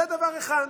זה דבר אחד.